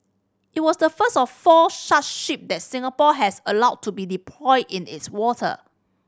it was the first of four ship that Singapore has allowed to be deployed in its water